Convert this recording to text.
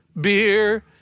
beer